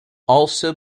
also